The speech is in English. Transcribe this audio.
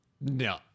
No